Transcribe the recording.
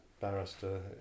barrister